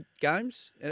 games